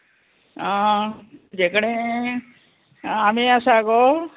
आं तुजे कडेन आमे आसा गो